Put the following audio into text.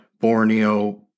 Borneo